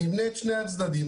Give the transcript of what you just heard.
אפרט את שני הצדדים.